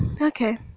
Okay